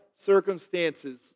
circumstances